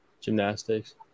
Gymnastics